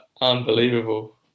unbelievable